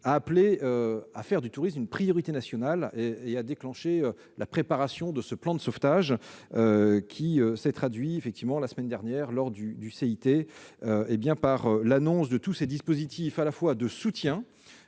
a appelé à faire du tourisme une priorité nationale et a déclenché la préparation d'un plan de sauvetage, qui s'est traduit, la semaine dernière, lors du CIT, par l'annonce de dispositifs non seulement de soutien